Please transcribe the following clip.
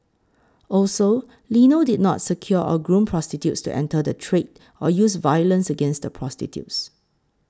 also Lino did not secure or groom prostitutes to enter the trade or use violence against the prostitutes